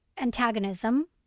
antagonism